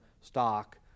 stock